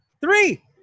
Three